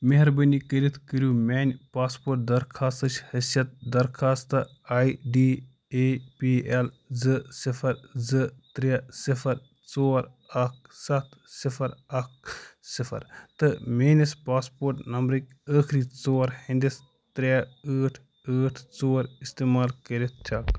مہربٲنی کٔرِتھ کٔرِو میانہِ پاسپوٹ درخاستٕچ حثیت درخاستہٕ I D A P L زٕ صِفر زٕ ترٛےٚ صِفر ژور اکھ سَتھ صِفر اکھ صِفر تہٕ میٛٲنِس پاسپوٹ نمبرٕکۍ ٲخری ژور ہِنٛدِس ترٛےٚ ٲٹھ ٲٹھ ژور اِستعمال کٔرِتھ چیک